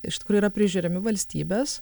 iš tikrų yra prižiūrimi valstybės